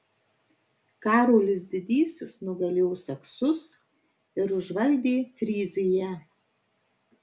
karolis didysis nugalėjo saksus ir užvaldė fryziją